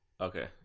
Okay